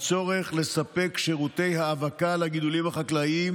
הצורך לספק שירותי האבקה לגידולים החקלאיים,